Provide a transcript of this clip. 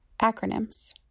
Acronyms